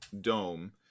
dome